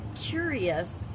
Curious